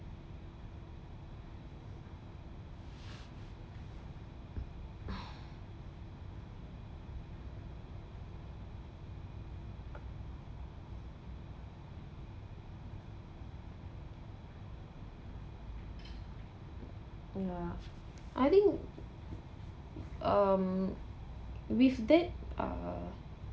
ya I think um with that uh